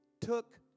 took